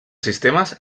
sistemes